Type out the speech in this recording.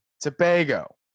Tobago